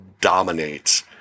dominates